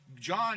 John